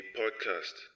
podcast